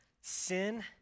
sin